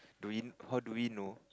do we how do we know